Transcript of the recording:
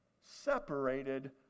separated